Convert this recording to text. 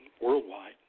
worldwide